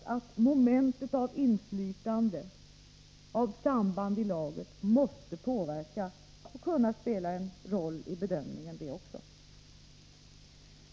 Också momentet av inflytande och av samband i laget måste självfallet påverka och kunna spela en roll vid bedömningen.